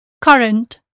current